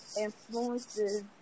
influences